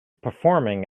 performing